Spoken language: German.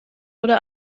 oder